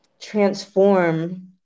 transform